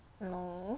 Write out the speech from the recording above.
no